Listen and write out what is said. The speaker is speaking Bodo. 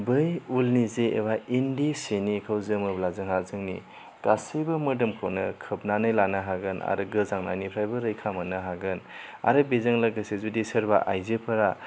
नाथाय बै उलनि जे इन्दि सिनिखौ जोमोब्ला जोंहा जोंनि गासैबो मोदोमखौनो खोबनानै लानो हागोन आरो गोजांनायनिफ्रायबो रैखा मोननो हागोन आरो बेजों लोगोसे जुदि सोरबा आइजोफ्रा